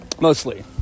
mostly